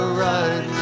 right